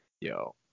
yo